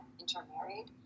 intermarried